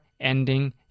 ending